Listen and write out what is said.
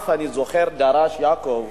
אני זוכר שיעקב